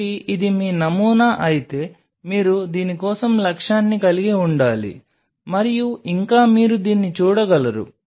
కాబట్టి ఇది మీ నమూనా అయితే మీరు దీని కోసం లక్ష్యాన్ని కలిగి ఉండాలి మరియు ఇంకా మీరు దీన్ని చూడగలరు